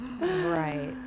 Right